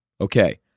Okay